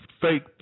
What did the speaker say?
fake